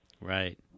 Right